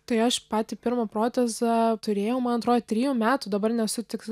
tai aš patį pirmą protezą turėjau man atrodo trijų metų dabar nesu tiks